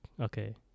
okay